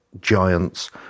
giants